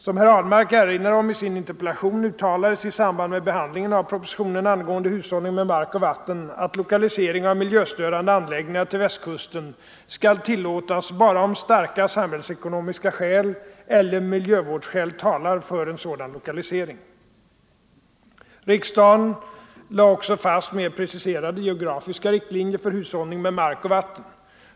Som herr Ahlmark erinrar om i sin interpellation uttalades i samband med behandlingen av propositionen angående hushållning med mark och vatten att lokalisering av miljöstörande anläggningar till Västkusten skall tillåtas bara om starka samhällsekonomiska skäl eller miljövårdsskäl talar för en sådan lokalisering. Riksdagen lade också fast mera preciserade geografiska riktlinjer för hushållningen med mark och vatten.